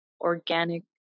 organic